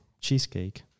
cheesecake